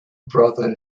brother